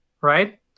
right